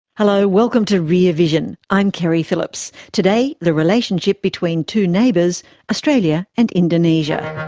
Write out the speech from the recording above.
hello, welcome to rear vision, i'm keri phillips. today, the relationship between two neighbours australia and indonesia.